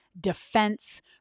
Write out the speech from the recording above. defense